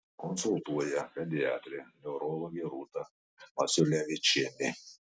konsultuoja pediatrė neurologė rūta maciulevičienė